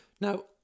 Now